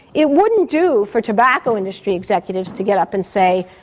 it wouldn't do for tobacco industry executives to get up and say,